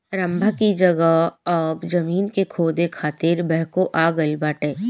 रम्भा की जगह अब जमीन के खोदे खातिर बैकहो आ गईल बाटे